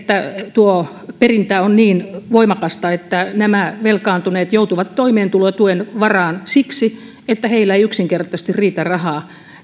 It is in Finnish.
perintä on niin voimakasta että nämä velkaantuneet joutuvat toimeentulotuen varaan siksi että heillä ei yksinkertaisesti riitä rahaa